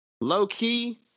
Low-key